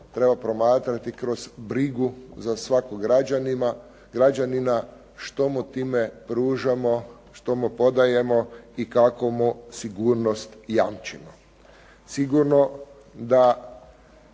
treba promatrati kroz brigu za svakog građanina što mu time pružamo, što mu podajemo i kakvu mu sigurnost jamčimo. Sigurno da